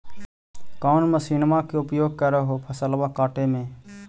कौन मसिंनमा के उपयोग कर हो फसलबा काटबे में?